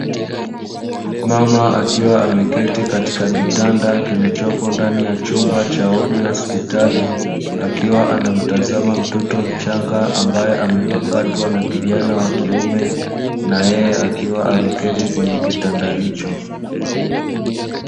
Mama akiwa ameketi katika kitanda kilichopo ndani ya chumba cha wodi ya hospitali, akiwa anamtazama mtoto mchanga ambaye amepakatwa na kijana wa kiume, na yeye akiwa ameketi kwenye kitanda hicho.